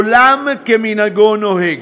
עולם כמנהגו נוהג.